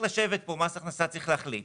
מס הכנסה צריך להחליט.